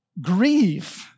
grieve